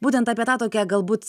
būtent apie tą tokią galbūt